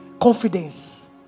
Confidence